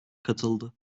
katıldı